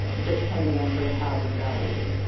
ah depending on sort of how it was validated.